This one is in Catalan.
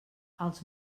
els